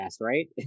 right